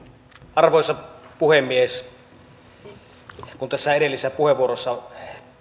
arvoisa puhemies kun tässä edellisessä puheenvuorossa